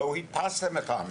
לא הפצתם אותם,